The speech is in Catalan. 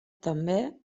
també